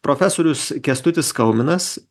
profesorius kęstutis skauminas